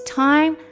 time